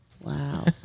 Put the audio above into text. wow